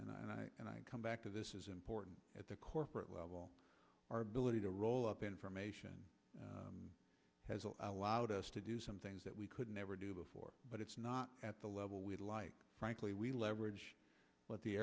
and i come back to this is important at the corporate level our ability to roll up information has allowed us to do some things that we could never do before but it's not at the level we like frankly we leverage what the